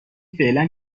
فعلا